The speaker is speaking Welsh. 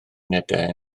unedau